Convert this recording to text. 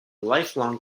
longtime